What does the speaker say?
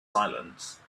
silence